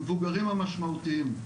המבוגרים המשמעותיים,